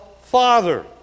Father